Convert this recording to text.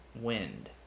wind